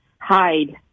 hide